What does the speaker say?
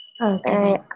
Okay